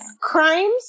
crimes